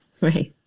Right